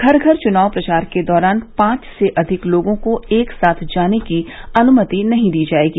घर घर चुनाव प्रचार के दौरान पांच से अधिक लोगों को एक साथ जाने की अनुमति नहीं दी जायेगी